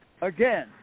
again